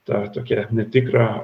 tą tokią netikrą